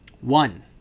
one